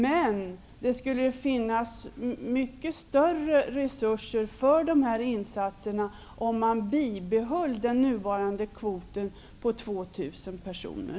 Men det skulle finnas mycket större resurser för de här insatserna om man bibehöll den nuvarande kvoten på 2 000 personer.